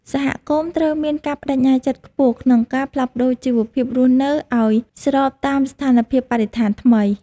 សហគមន៍ត្រូវមានការប្តេជ្ញាចិត្តខ្ពស់ក្នុងការផ្លាស់ប្តូរជីវភាពរស់នៅឱ្យស្របតាមស្ថានភាពបរិស្ថានថ្មី។